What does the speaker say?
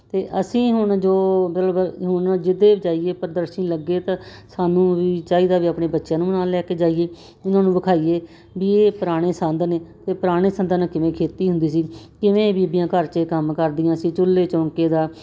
ਅਤੇ ਅਸੀਂ ਹੁਣ ਜੋ ਮਤਲਬ ਹੁਣ ਜਿਹਦੇ ਵੀ ਜਾਈਏ ਪ੍ਰਦਰਸ਼ਨੀ ਲੱਗੇ ਤਾਂ ਸਾਨੂੰ ਵੀ ਚਾਹੀਦਾ ਵੀ ਆਪਣੇ ਬੱਚਿਆਂ ਨੂੰ ਨਾਲ ਲੈ ਕੇ ਜਾਈਏ ਉਹਨਾਂ ਨੂੰ ਵਿਖਾਈਏ ਵੀ ਇਹ ਪੁਰਾਣੇ ਸੰਦ ਨੇ ਪੁਰਾਣੇ ਸੰਦਾਂ ਨਾਲ ਕਿਵੇਂ ਖੇਤੀ ਹੁੰਦੀ ਸੀ ਕਿਵੇਂ ਬੀਬੀਆਂ ਘਰ 'ਚ ਕੰਮ ਕਰਦੀਆਂ ਸੀ ਚੁੱਲ੍ਹੇ ਚੌਂਕੇ ਦਾ